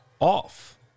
off